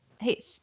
Hey